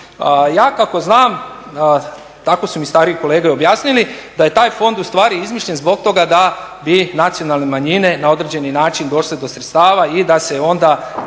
Ja kako znam, tako su mi stariji kolege objasnili, da je taj fond ustvari izmišljen zbog toga da bi nacionalne manjine na određeni način došle do sredstava i da se onda